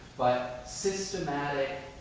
but systematic,